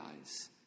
eyes